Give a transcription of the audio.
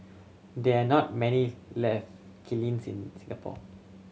there are not many left kilns in Singapore